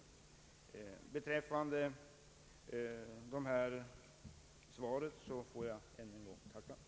Jag tackar än en gång för svaret.